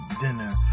dinner